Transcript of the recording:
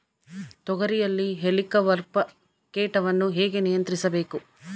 ತೋಗರಿಯಲ್ಲಿ ಹೇಲಿಕವರ್ಪ ಕೇಟವನ್ನು ಹೇಗೆ ನಿಯಂತ್ರಿಸಬೇಕು?